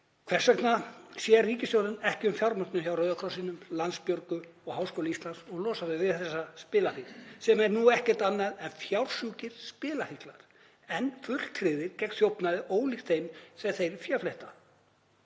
Hvers vegna sér ríkisstjórnin ekki um fjármögnun hjá Rauða krossinum og Landsbjörgu og Háskóla Íslands og losar þau við þessa spilafíkn sem er ekkert annað en fjársjúkir spilafíklar en fulltryggðir gegn þjófnaði, ólíkt þeim sem þeir féfletta.